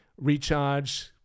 recharge